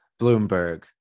Bloomberg